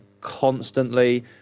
constantly